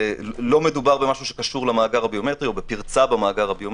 לא מדובר במשהו שקשור במאגר הביומטרי או בפרצה במאגר הביומטרי.